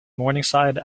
morningside